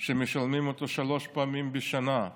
שמשלמים אותו שלוש פעמים בשנה,